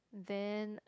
then